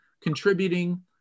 contributing